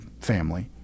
family